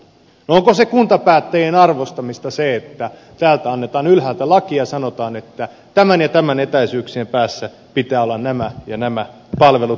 no onko kuntapäättäjien arvostamista se että annetaan täältä ylhäältä laki ja sanotaan että tämän ja tämän etäisyyden päässä pitää olla nämä ja nämä palvelut